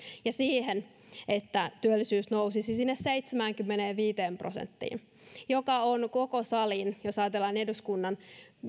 ja siihen että työllisyys nousisi sinne seitsemäänkymmeneenviiteen prosenttiin ja varmasti on koko salin jos ajatellaan eduskunnan